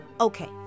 Okay